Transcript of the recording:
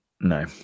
no